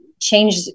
change